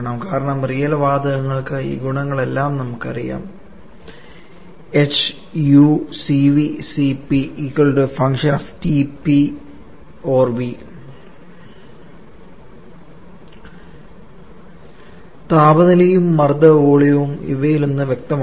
കാരണം റിയൽ വാതകങ്ങൾക്ക് ഈ ഗുണങ്ങളെല്ലാം നമുക്കറിയാം h u Cv Cp f T P or V താപനിലയും മർദ്ദം വോളിയം ഇവയിലൊന്ന് വ്യക്തമാക്കണം